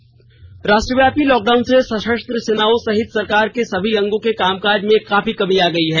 सेना प्रमुख राष्ट्रव्यापी लॉकडाउन से सषस्त्र सेनाओं सहित सरकार के सभी अंगों के कामकाज में काफी कमी आ गयी है